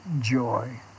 joy